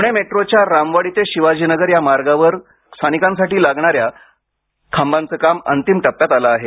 पुणे मेट्रोच्या रामवाडी ते शिवाजीनगर या मार्गावर स्थानकांसाठी लागणाऱ्या खांबांचं काम अंतिम टप्प्यात आलं आहे